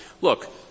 Look